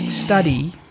study